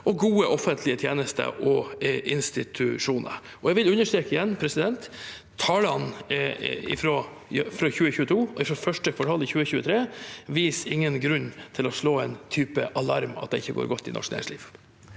og gode offentlige tjenester og institusjoner. Jeg vil understreke igjen: Tallene fra 2022 og første kvartal i 2023 viser ingen grunn til å slå alarm om at det ikke går godt i norsk næringsliv.